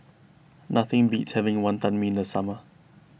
nothing beats having Wantan Mee in the summer